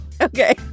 Okay